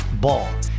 Ball